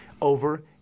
over